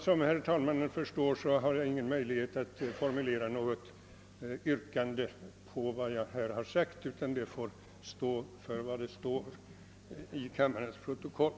Som herr talmannen förstår har jag ingen möjlighet att formulera något yrkande på vad jag nu har anfört till kammarens protokoll.